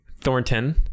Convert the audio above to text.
Thornton